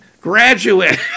graduate